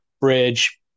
bridge